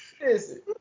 Listen